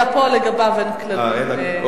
אתה יודע, פה, לגביו, אין כללים.